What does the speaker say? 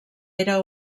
era